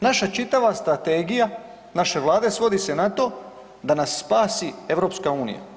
Naša čitava strategija, naše Vlade svodi se na to da nas spasi EU.